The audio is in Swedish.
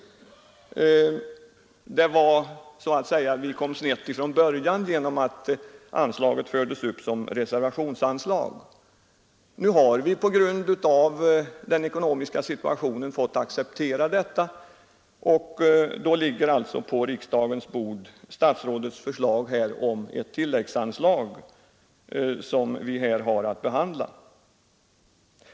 Det kom så att säga snett från början genom att anslaget fördes upp som ett reservationsanslag. På grund av den ekonomiska situationen har vi fått acceptera detta, och på riksdagens bord ligger statsrådets förslag om ett tilläggsanslag, som vi nu har att behandla.